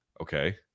Okay